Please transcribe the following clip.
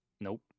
Nope